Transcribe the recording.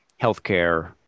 healthcare